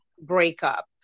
breakup